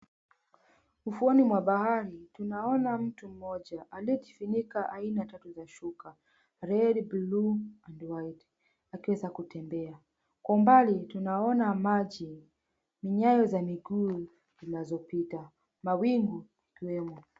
Ufuoni mwa bahari tunaona mtu mmoja aliyejifunika aina tatu za shuka ya red, blue and white akiweza kutembea. Kwa umbali tunaweza kuona maji, minyayo ya miguu ikipita mawingu yakiwemo.